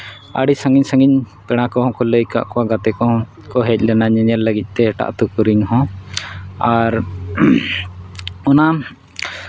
ᱟᱹᱰᱤ ᱥᱟᱺᱜᱤᱧ ᱥᱟᱺᱜᱤᱧ ᱯᱮᱲᱟ ᱠᱚᱦᱚᱸ ᱠᱚ ᱞᱟᱹᱭ ᱠᱟᱜ ᱠᱚᱣᱟ ᱜᱟᱛᱮ ᱠᱚᱦᱚᱸ ᱠᱚ ᱦᱮᱡ ᱞᱮᱱᱟ ᱜᱟᱛᱮ ᱞᱟᱹᱜᱤᱫ ᱛᱮ ᱚᱱᱟ ᱧᱮᱧᱮᱞ ᱞᱟᱹᱜᱤᱫ ᱛᱮ ᱮᱴᱟᱜ ᱟᱹᱛᱩ ᱨᱮᱱ ᱦᱚᱸ ᱟᱨ ᱚᱱᱟ